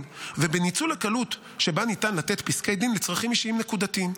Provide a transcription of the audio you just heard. ובניצול הקלות שבה ניתן לתת פסקי דין לצרכים אישיים נקודתיים.